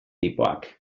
tipoak